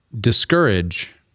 discourage